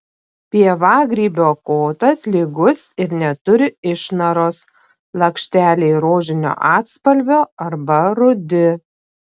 pievagrybio kotas lygus ir neturi išnaros lakšteliai rožinio atspalvio arba rudi